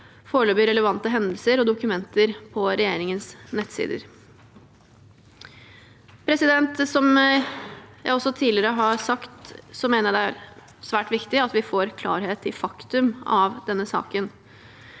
foreløpige relevante hendelser og dokumenter på regjeringens nettsider. Som jeg også tidligere har sagt, mener jeg det er svært viktig at vi får klarhet i faktum i denne saken.